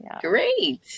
great